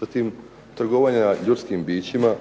Zatim trgovanja ljudskim bićima,